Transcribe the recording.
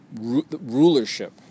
rulership